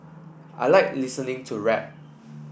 I like listening to rap